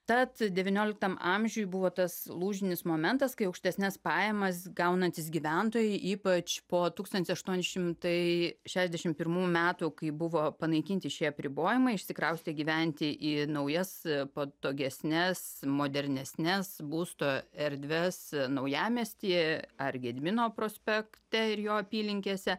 tad devynioliktam amžiuje buvo tas lūžinis momentas kai aukštesnes pajamas gaunantys gyventojai ypač po tūkstantis aštuoni šimtai šešiasdešim pirmų metų kai buvo panaikinti šie apribojimai išsikraustė gyventi į naujas patogesnes modernesnes būsto erdves naujamiestyje ar gedimino prospekte ir jo apylinkėse